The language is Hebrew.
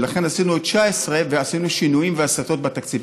ולכן עשינו את 2019 ועשינו שינויים והסטות בתקציב.